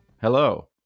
Hello